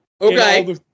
Okay